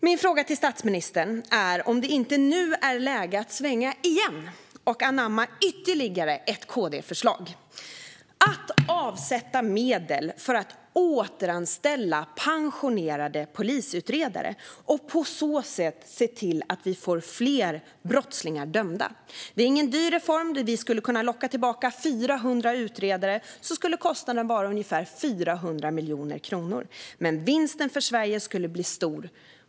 Min fråga till statsministern är: Är det inte läge nu att svänga igen och anamma ytterligare ett KD-förslag, nämligen att avsätta medel för att återanställa pensionerade polisutredare och på så sätt se till att vi får fler brottslingar dömda? Det är ingen dyr reform. Om vi skulle kunna locka tillbaka 400 utredare skulle kostnaden vara ungefär 400 miljoner kronor, men vinsten för Sverige skulle bli stor.